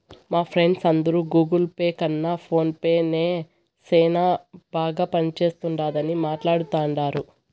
మా ఫ్రెండ్స్ అందరు Google Pay కన్న ఫోన్ పే నే సేనా బాగా పనిచేస్తుండాదని మాట్లాడతాండారు